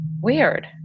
weird